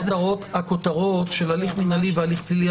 אז --- את הכותרות של הליך מינהלי והליך פלילי,